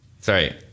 Sorry